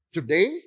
Today